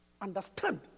Understand